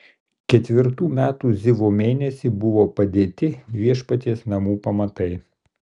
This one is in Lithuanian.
ketvirtų metų zivo mėnesį buvo padėti viešpaties namų pamatai